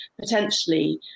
potentially